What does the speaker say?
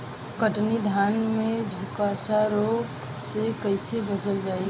कतरनी धान में झुलसा रोग से कइसे बचल जाई?